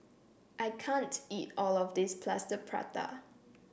I can't eat all of this Plaster Prata